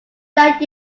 that